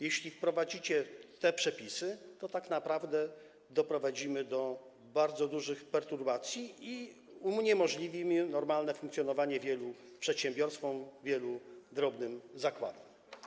Jeśli wprowadzicie te przepisy, to tak naprawdę doprowadzimy do bardzo dużych perturbacji i uniemożliwimy normalne funkcjonowanie wielu przedsiębiorstwom, wielu drobnym zakładom.